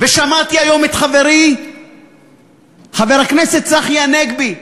שמעתי היום את חברי חבר הכנסת צחי הנגבי,